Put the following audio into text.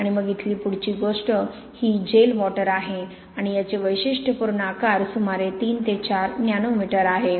आणि मग इथली पुढची गोष्ट ही जेल वॉटर आहे आणि याचे वैशिष्ट्यपूर्ण आकार सुमारे 3 ते 4 नॅनोमीटर आहे